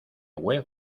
web